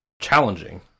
challenging